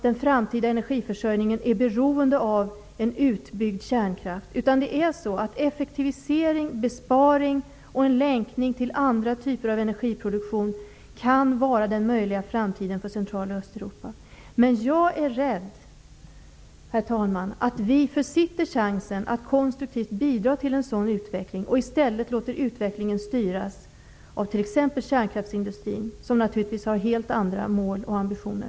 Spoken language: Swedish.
Den framtida energiförsörjningen är inte beroende av en utbyggd kärnkraft, utan effektivisering, besparing och en länkning till andra typer av energiproduktion kan vara den möjliga framtiden för Central och Östeuropa. Men jag är rädd, herr talman, för att vi försitter chansen att konstruktivt bidra till en sådan utveckling, och att vi i stället låter utvecklingen styras av t.ex. kärnkraftsindustrin, som naturligtvis har helt andra mål och ambitioner.